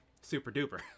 Super-duper